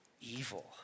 evil